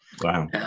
Wow